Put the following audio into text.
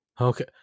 Okay